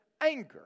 anger